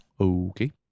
Okay